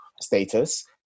status